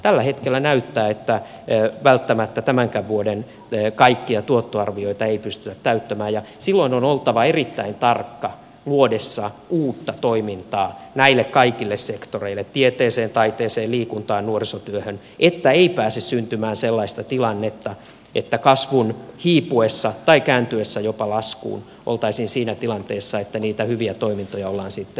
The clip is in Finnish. tällä hetkellä näyttää että välttämättä tämänkään vuoden kaikkia tuottoarvioita ei pystytä täyttämään ja silloin on oltava erittäin tarkka luotaessa uutta toimintaa näille kaikille sektoreille tieteeseen taiteeseen liikuntaan nuorisotyöhön että ei pääse syntymään sellaista tilannetta että kasvun hiipuessa tai kääntyessä jopa laskuun oltaisiin siinä tilanteessa että niitä hyviä toimintoja ollaan sitten alas ajamassa